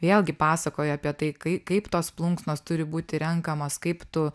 vėlgi pasakojo apie tai kai kaip tos plunksnos turi būti renkamos kaip tu